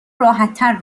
راحتتر